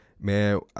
man